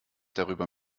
darüber